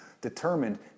determined